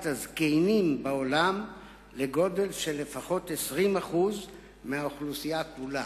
הזקנים בעולם לגודל של לפחות 20% מהאוכלוסייה כולה.